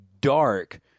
dark